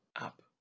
up